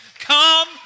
Come